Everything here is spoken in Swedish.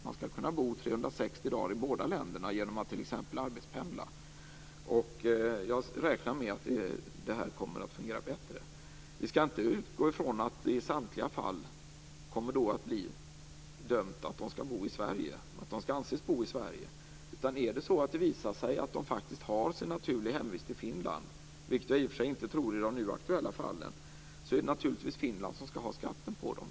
Man skall kunna bo 360 dagar i båda länderna om man t.ex. arbetspendlar. Jag räknar med att det här kommer att fungera bättre. Vi skall inte utgå från att man i samtliga fall kommer att döma att dessa människor skall anses bo i Sverige, utan om det visar sig att de faktiskt har sin naturliga hemvist i Finland, vilket jag i och för sig inte tror är fallet i de nu aktuella exemplen, är det naturligtvis Finland som skall ha skatten från dem.